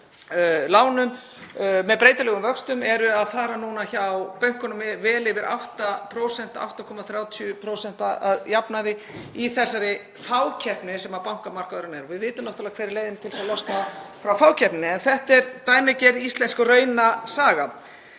lánum með breytilegum vöxtum eru að fara hjá bönkunum vel yfir 8%, 8,30% að jafnaði í þeirri fákeppni sem bankamarkaðurinn er. Við vitum náttúrlega hver er leiðin til þess að losna frá fákeppninni. Þetta er dæmigerð íslensk raunasaga.